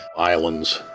islands,